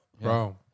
Bro